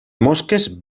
mosques